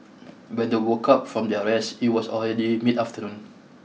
when they woke up from their rest it was already mid afternoon